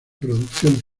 producción